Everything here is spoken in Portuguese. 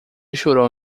chorou